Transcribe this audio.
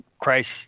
Christ